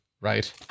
Right